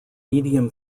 medium